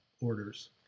orders